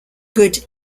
good